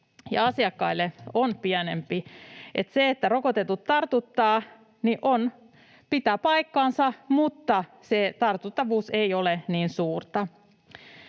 asiakkaille on pienempi. Eli se, että rokotetut tartuttavat, pitää paikkansa, mutta se tartuttavuus ei ole niin suurta.